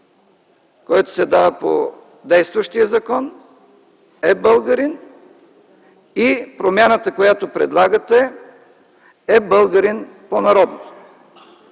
което се дава по действащия закон „е българин” и промяната, която предлагате „е българин по народност”?